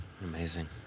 Amazing